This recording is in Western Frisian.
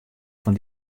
fan